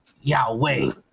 Yahweh